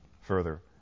Further